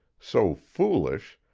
so foolish,